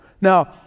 Now